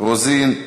רוזין,